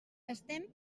estem